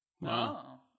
wow